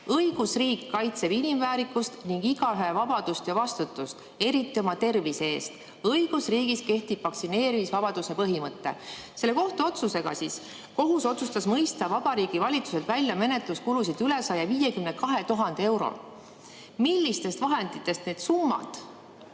Õigusriik kaitseb inimväärikust ning igaühe vabadust ja vastutust, eriti oma tervise eest. Õigusriigis kehtib vaktsineerimisvabaduse põhimõte." Selle kohtuotsusega otsustas kohus mõista Vabariigi Valitsuselt välja menetluskulusid üle 152 000 euro. Millistest vahenditest need summad